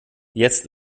jetzt